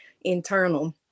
internal